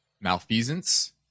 malfeasance